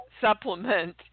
supplement